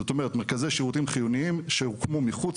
שזאת אומרת מרכזי שירותים חיוניים שהוקמו מחוץ